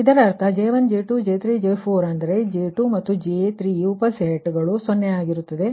ಆದ್ದರಿಂದ ಇದರರ್ಥ ಇದು J1 J2 J3 J4 ಅಂದರೆ J2ಮತ್ತು J3 ಉಪ ಸೆಟ್ಗಳು 0 ಆಗಿರುತ್ತದೆ